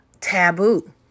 taboo